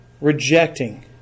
rejecting